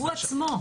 הוא עצמו.